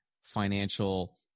financial